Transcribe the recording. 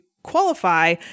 Qualify